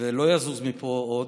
ולא יזוז מפה עוד,